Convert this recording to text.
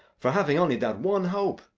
for having only that one hope,